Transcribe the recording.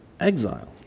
exile